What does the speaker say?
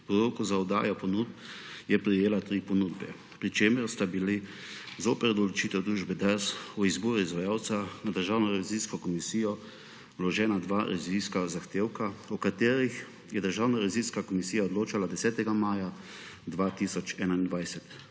V roku za oddajo ponudb je prejela tri ponudbe, pri čemer sta bila zoper odločitev družbe Dars o izboru izvajalca na Državno revizijsko komisijo vložena dva revizijska zahtevka, o katerih je Državna revizijska komisija odločala 10. maja 2021.